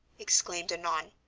exclaimed annon.